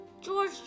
George